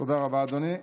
תודה רבה, אדוני.